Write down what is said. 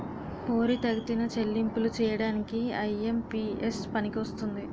పోరితెగతిన చెల్లింపులు చేయడానికి ఐ.ఎం.పి.ఎస్ పనికొస్తుంది